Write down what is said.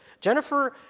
Jennifer